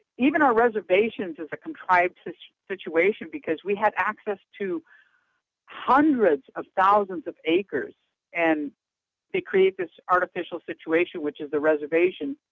even our reservations is a contrived situation, because we have access to hundreds of thousands of acres and they create this artificial situation, which is a reservation.